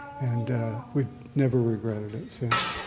and we've never regretted it since.